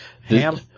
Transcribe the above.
ham